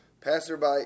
passerby